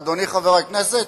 אדוני חבר הכנסת,